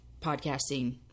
podcasting